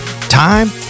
time